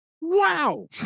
Wow